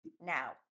Now